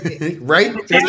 Right